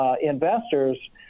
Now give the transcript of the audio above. investors